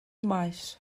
maes